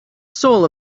soul